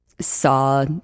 saw